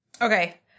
Okay